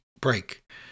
break